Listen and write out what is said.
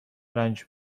رنج